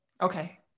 Okay